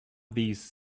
these